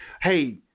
hey